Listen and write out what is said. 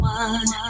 one